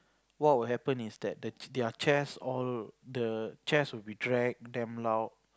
what will happen is that the their chairs all the chairs will be dragged damn loud